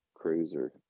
cruiser